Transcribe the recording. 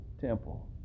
temple